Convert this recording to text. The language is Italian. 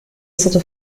stato